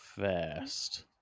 fast